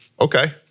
Okay